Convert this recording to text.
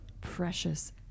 precious